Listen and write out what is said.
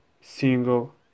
single